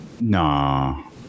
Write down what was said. Nah